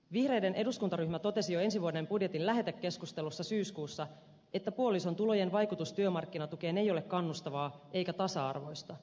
vihreiden eduskuntaryhmä totesi jo ensi vuoden budjetin lähetekeskustelussa syyskuussa että puolison tulojen vaikutus työmarkkinatukeen ei ole kannustavaa eikä tasa arvoista